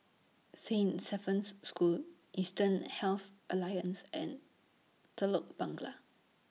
Saint School Eastern Health Alliance and Telok